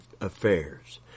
affairs